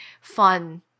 fun